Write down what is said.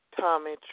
Tommy